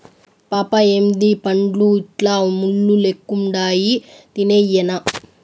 పాపా ఏందీ పండ్లు ఇట్లా ముళ్ళు లెక్కుండాయి తినేయ్యెనా